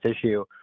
issue